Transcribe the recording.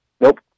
Nope